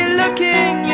looking